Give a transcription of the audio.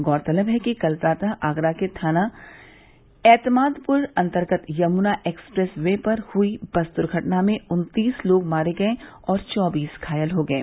गौरतलब है कल प्रातः आगरा के थाना ऐत्मादपुर अन्तर्गत यमुना एक्सप्रेस वे पर हुई बस दुर्घटना में उन्तीस लोग मारे गये और चौबीस घायल हो गये